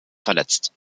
verletzt